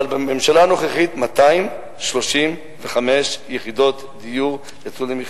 אבל בממשלה הנוכחית 235 יחידות דיור יצאו למכרז,